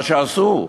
מה שעשו,